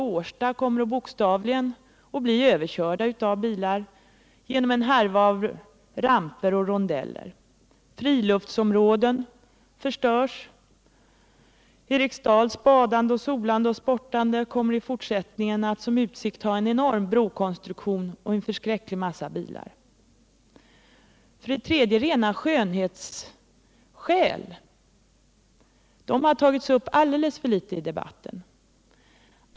Årsta kommer bokstavligen att bli överkörda av bilar genom en härva av ramper och rondeller. Friluftsområden förstörs. Eriksdals badande, solande och sportande människor kommer i fortsättningen att som utsikt ha en enorm brokonstruktion och en förskräcklig mängd bilar. För det tredje: rena skönhetsskäl. Dessa har tagits upp alldeles för litet i debatten.